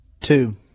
Two